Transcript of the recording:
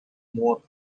more